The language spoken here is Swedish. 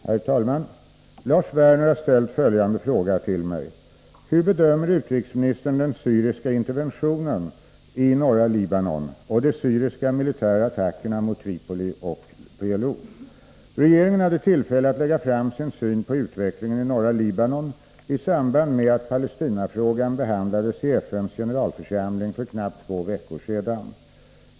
Herr talman! Lars Werner har ställt följande fråga till mig: Hur bedömer utrikesministern den syriska interventionen i norra Libanon och de syriska militära attackerna mot Tripoli och PLO? Regeringen hade tillfälle att lägga fram sin syn på utvecklingen i norra Libanon i samband med att Palestinafrågan behandlades i FN:s generalförsamling för knappt två veckor sedan.